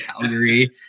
Calgary